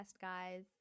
guys